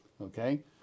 okay